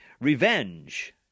Revenge